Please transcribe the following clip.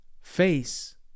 face